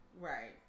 right